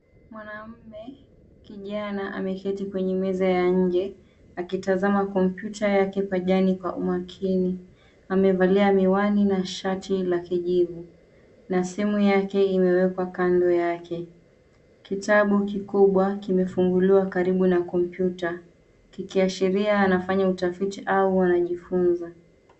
Mwanaume kijana ameketi kwenye meza ya nje akiitazama kompyuta yake kwa umakini. Amevalia miwani na shati la kijivu na simu yake imewekwa kando yake. Kitabu kikubwa kimefunguliwa karibu na kompyuta, kikiashiria anafanya utafiti au anajifunza.